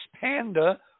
panda